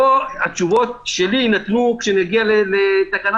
פה התשובות שלי יינתנו כשנגיע לתקנה